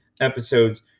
episodes